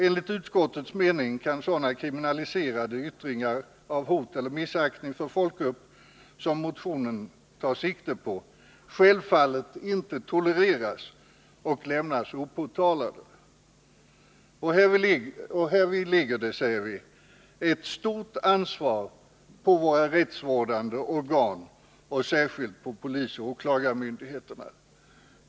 Enligt utskottets mening kan sådana kriminaliserade yttringar av hot mot eller missaktning för folkgrupp som motionen tar sikte på självfallet inte få tolereras och lämnas opåtalade. Härvidlag ligger det, säger vi, ett stort ansvar på våra rättsvårdande organ, särskilt polisoch åklagarmyndigheterna.